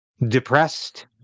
depressed